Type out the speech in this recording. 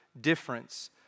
difference